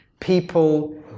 People